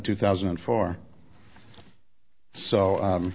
two thousand and four so